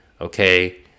Okay